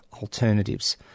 alternatives